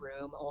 room